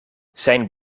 zijn